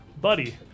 buddy